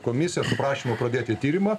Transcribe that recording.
komisiją su prašymu pradėti tyrimą